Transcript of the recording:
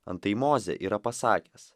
antai mozė yra pasakęs